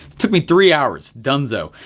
took me three hours done zone.